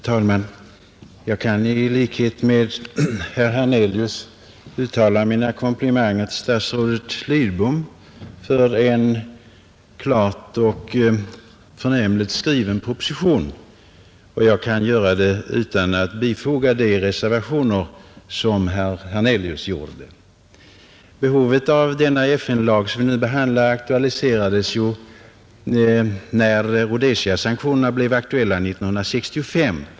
Herr talman! Jag kan i likhet med herr Hernelius uttala mina komplimanger till statsrådet Lidbom för en klart och förnämligt skriven proposition, och jag kan göra det utan de reservationer som herr Hernelius bifogade. Behovet av den FN-lag som vi nu behandlar aktualiserades när Rhodesiasanktionerna skulle genomföras 1965.